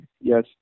Yes